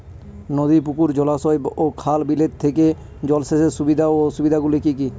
নদী পুকুর জলাশয় ও খাল বিলের থেকে জল সেচের সুবিধা ও অসুবিধা গুলি কি কি?